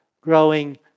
growing